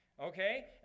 Okay